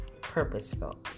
purposeful